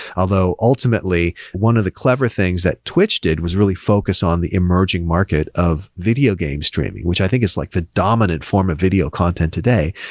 although, ultimately, one of the clever things that twitch did was really focused on the emerging market of videogame streaming, which i think is like the dominant form of video content today,